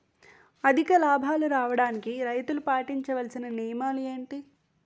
అధిక లాభాలు రావడానికి రైతులు పాటించవలిసిన నియమాలు ఏంటి